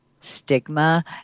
stigma